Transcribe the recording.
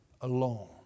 alone